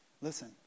listen